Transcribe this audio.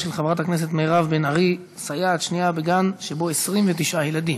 של חברת הכנסת מירב בן ארי: סייעת שנייה בגן שבו 29 ילדים.